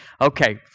Okay